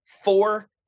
four